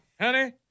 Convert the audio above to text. Honey